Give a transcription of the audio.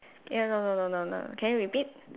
y~ no no no no no can you repeat